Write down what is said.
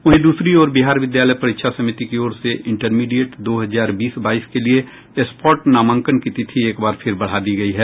वहीं दूसरी ओर बिहार विद्यालय परीक्षा समिति की ओर से इंटरमीडिएट दो हजार बीस बाईस के लिये स्पॉट नामांकन की तिथि एक बार फिर बढ़ा दी गई है